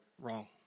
wrong